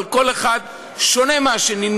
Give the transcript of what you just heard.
אבל כל אחד שונה מהשני.